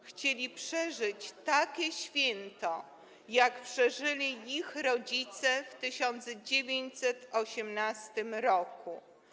Chcieli przeżyć takie święto, jak przeżyli ich rodzice w 1918 r.